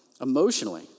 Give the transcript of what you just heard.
emotionally